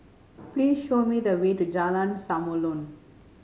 please show me the way to Jalan Samulun